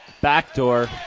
backdoor